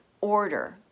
order